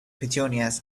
petunias